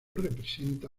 representa